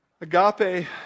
Agape